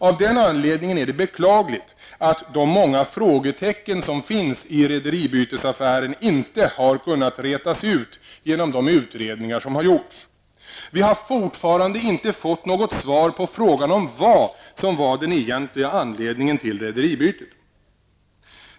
Av den anledningen är det beklagligt att de många frågetecken som finns i rederibytesaffären inte har kunnat rätas ut genom de utredningar som gjorts. Vi har fortfarande inte fått något svar på frågan om vad som var den egentliga anledningen till rederibytet.